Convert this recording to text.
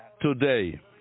today